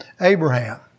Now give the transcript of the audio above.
Abraham